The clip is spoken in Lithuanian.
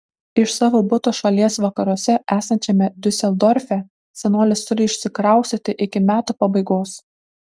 iš savo buto šalies vakaruose esančiame diuseldorfe senolis turi išsikraustyti iki metų pabaigos